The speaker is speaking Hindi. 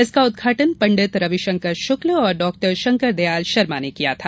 इसका उद्घाटन पंडित रविशंकर शुक्ल और डाक्टर शंकर दयाल शर्मा ने किया था